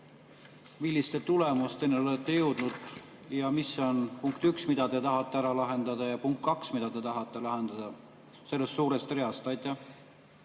milliste tulemusteni te olete jõudnud ja mis on punkt üks, mida te tahate ära lahendada, ja punkt kaks, mida te tahate lahendada sellest suurest reast? Aitäh,